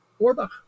Orbach